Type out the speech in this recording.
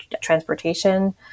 transportation